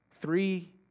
Three